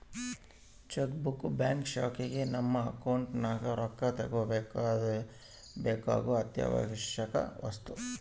check book bank ಶಾಖೆಗ ನಮ್ಮ account ನಗ ರೊಕ್ಕ ತಗಂಬಕ ಬೇಕಾಗೊ ಅತ್ಯಾವಶ್ಯವಕ ವಸ್ತು